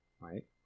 right